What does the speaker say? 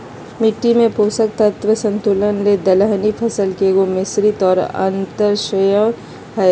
मिट्टी में पोषक तत्व संतुलन ले दलहनी फसल के एगो, मिश्रित और अन्तर्शस्ययन हइ